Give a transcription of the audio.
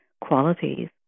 qualities